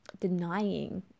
denying